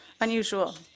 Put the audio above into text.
unusual